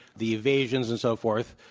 the evasions and so forth,